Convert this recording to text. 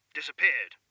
disappeared